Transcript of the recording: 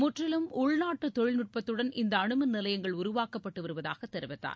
முற்றிலும் உள்நாட்டு தொழில்நுட்பத்துடன் இந்த அணுமின் நிலையங்கள் உருவாக்கப்பட்டு வருவதாக தெரிவித்தார்